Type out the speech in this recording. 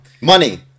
money